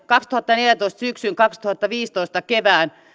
kaksituhattaneljätoista syksyn ja kaksituhattaviisitoista kevään